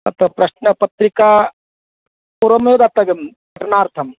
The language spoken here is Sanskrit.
तत्र प्रश्नपत्रिका पूर्वमेव दातव्यं तरणार्थम्